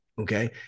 Okay